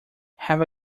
have